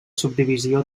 subdivisió